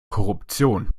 korruption